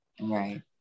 right